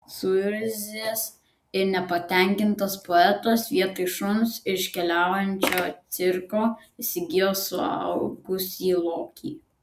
suirzęs ir nepatenkintas poetas vietoj šuns iš keliaujančio cirko įsigijo suaugusį lokį